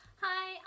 Hi